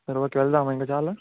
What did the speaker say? సరే ఓకే వెళ్దామా ఇంక చాలు